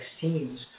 Teams